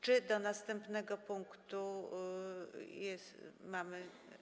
Czy do następnego punktu mamy.